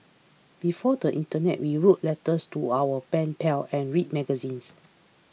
before the internet we wrote letters to our pen pals and read magazines